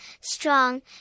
strong